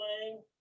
playing